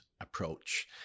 approach